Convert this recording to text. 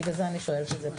בגלל זה אני שואלת את זה.